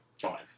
five